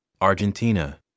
Argentina